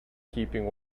keeping